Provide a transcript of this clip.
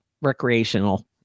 recreational